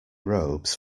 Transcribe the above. robes